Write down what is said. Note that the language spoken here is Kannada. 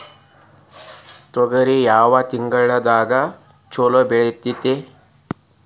ತೊಗರಿ ಯಾವ ತಿಂಗಳದಾಗ ಛಲೋ ಬೆಳಿತೈತಿ?